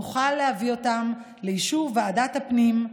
נוכל להביא אותם לאישור ועדת הפנים,